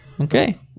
Okay